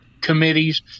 committees